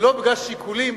ולא בגלל שיקולים